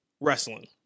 Wrestling